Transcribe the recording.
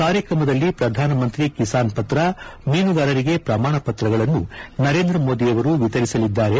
ಕಾರ್ಯಕ್ರಮದಲ್ಲಿ ಪ್ರಧಾನಮಂತ್ರಿ ಕಿಸಾನ್ ಪತ್ರ ಮೀನುಗಾರರಿಗೆ ಪ್ರಮಾಣ ಪತ್ರಗಳನ್ನು ನರೇಂದ್ರ ಮೋದಿಯವರು ವಿತರಿಸಲಿದ್ದಾರೆ